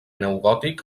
neogòtic